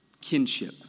Kinship